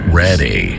ready